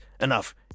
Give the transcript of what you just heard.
Enough